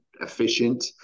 efficient